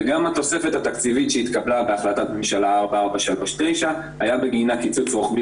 וגם התוספת התקציבית שהתקבלה בהחלטת ממשלה 4439 היה בגינה קיצוץ רוחבי